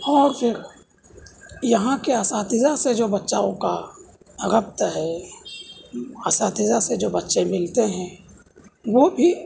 اور پھر یہاں کے اساتذہ سے جو بچاؤ کا ربط ہے اساتذہ سے جو بچے ملتے ہیں وہ بھی